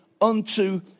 unto